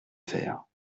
faire